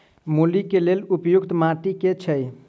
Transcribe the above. मूली केँ लेल उपयुक्त माटि केँ छैय?